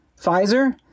Pfizer